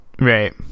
right